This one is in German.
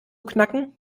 knacken